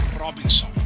Robinson